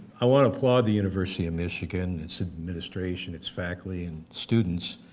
i want to applaud the university of michigan, its administration, its faculty and students,